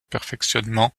perfectionnement